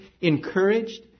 encouraged